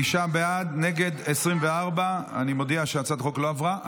תשעה בעד, נגד, 24. אני מודיע שהצעת החוק לא עברה.